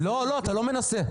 לא, אתה לא מנסה.